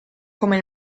come